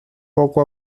poco